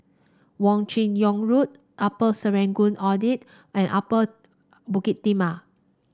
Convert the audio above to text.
Wong Chin Yoke Road Upper Serangoon Viaduct and Upper Bukit Timah